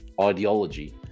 ideology